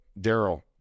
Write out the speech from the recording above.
Daryl